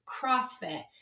CrossFit